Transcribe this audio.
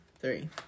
three